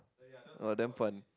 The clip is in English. oh damn fun